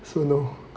so low